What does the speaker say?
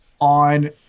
on